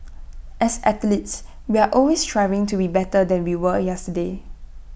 as athletes we are always striving to be better than we were yesterday